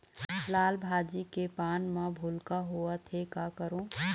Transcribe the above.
लाल भाजी के पान म भूलका होवथे, का करों?